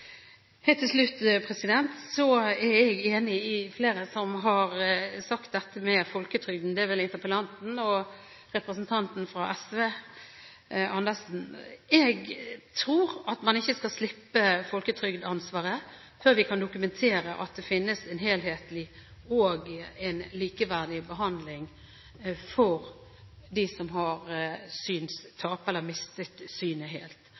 Helt til slutt: Jeg er enig i det flere har sagt om folketrygden – det var vel interpellanten og representanten fra SV, Andersen. Jeg tror at man ikke skal slippe folketrygdansvaret før man kan dokumentere at det finnes en helhetlig og likeverdig behandling for dem som har synstap, eller har mistet synet helt.